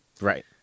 Right